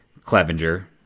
Clevenger